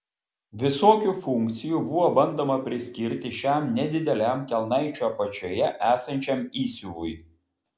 visokių funkcijų buvo bandoma priskirti šiam nedideliam kelnaičių apačioje esančiam įsiuvui